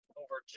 over